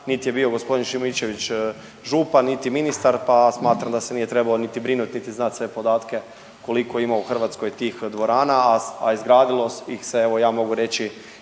niti je bio g. Šimičević župan, niti ministar pa smatram da se nije trebao niti brinut sve podatke koliko ima u Hrvatskoj tih dvorana, a izgradilo ih se evo ja mogu reći